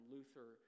Luther